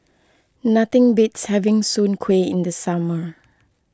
nothing beats having Soon Kuih in the summer